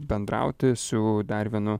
bendrauti su dar vienu